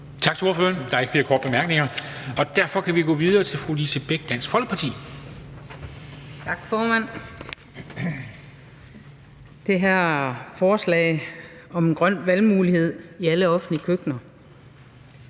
Tak til ordføreren. Der er ikke flere korte bemærkninger, og derfor kan vi gå videre til fru Lise Bech, Dansk Folkeparti. Kl. 10:45 (Ordfører) Lise Bech (DF): Tak, formand. Det her forslag om en grøn valgmulighed i alle offentlige køkkener